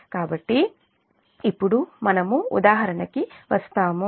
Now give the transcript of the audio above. కాబట్టి ఇప్పుడు మనము ఉదాహరణకి వస్తాము